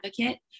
advocate